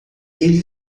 ele